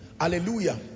Hallelujah